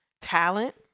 talent